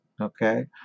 Okay